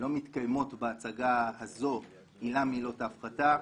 לא מתקיימות בהצגה הזו עילה מעילות ההפחתה,